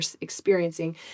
experiencing